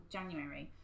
January